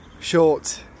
short